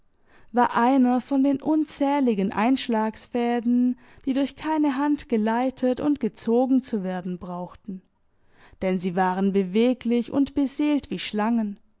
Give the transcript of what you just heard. war einer von den unzähligen einschlagsfäden die durch keine hand geleitet und gezogen zu werden brauchten denn sie waren beweglich und beseelt wie schlangen